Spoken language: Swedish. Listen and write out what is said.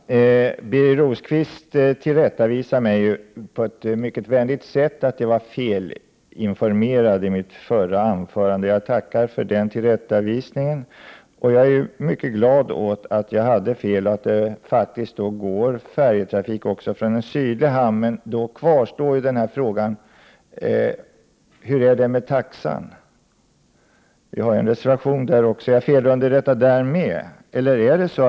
Herr talman! Birger Rosqvist tillrättavisar mig på ett vänligt sätt. Han säger att jag var felinformerad beträffande vad jag sade i mitt förra anförande. Jag tackar för den tillrättavisningen och är mycket glad åt att jag hade fel — att det faktiskt finns färjetrafik även från en sydlig hamn. Men då kvarstår frågan: Hur är det med taxan? Vi har en reservation i den frågan också. Är jag felunderrättad även på den här punkten?